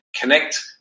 connect